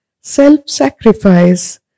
self-sacrifice